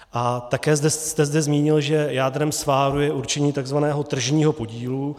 A také jste zde zmínil, že jádrem sváru je určení takzvaného tržního podílu.